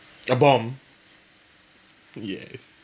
a bomb yes